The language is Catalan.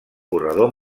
corredor